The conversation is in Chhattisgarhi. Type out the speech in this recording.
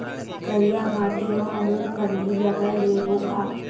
करिया माटी मा मूंग फल्ली लगय लेबों का?